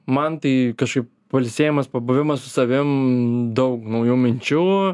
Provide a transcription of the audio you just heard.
man tai kažkaip pailsėjimas pabuvimas su savim daug naujų minčių